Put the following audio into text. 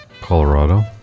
Colorado